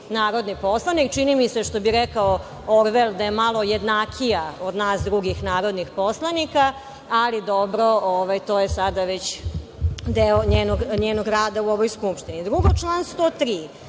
narodni poslanik. Čini mi se, kao što bi reka Orvel, da je malo jednakija od nas drugih narodnih poslanika, ali dobro, to je sada već deo njenog rada u Skupštini. Drugo, član 103.